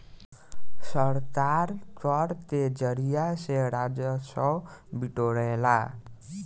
सरकार कर के जरिया से राजस्व बिटोरेला